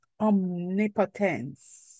omnipotence